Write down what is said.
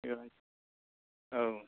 औ